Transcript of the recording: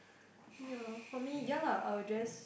ya for me ya lah I'll address